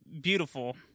beautiful